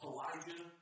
Elijah